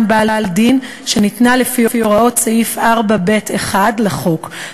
בעל דין שניתנה לפי הוראות סעיף 4(ב)(1) לחוק.